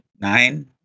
nine